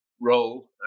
role